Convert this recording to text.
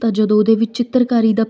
ਤਾਂ ਜਦੋਂ ਉਹਦੇ ਵਿੱਚ ਚਿੱਤਰਕਾਰੀ ਦਾ